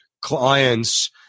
clients